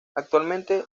actualmente